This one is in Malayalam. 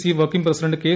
C working president K